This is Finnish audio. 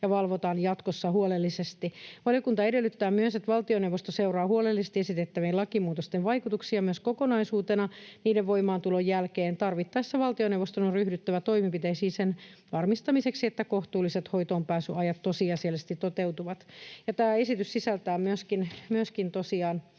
valvotaan jatkossa huolellisesti. Valiokunta edellyttää myös, että valtioneuvosto seuraa huolellisesti esitettävien lakimuutosten vaikutuksia myös kokonaisuutena niiden voimaantulon jälkeen. Tarvittaessa valtioneuvoston on ryhdyttävä toimenpiteisiin sen varmistamiseksi, että kohtuulliset hoitoonpääsyajat tosiasiallisesti toteutuvat. Tämä esitys sisältää tosiaan